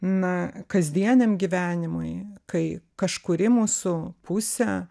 na kasdieniam gyvenimui kai kažkuri mūsų pusė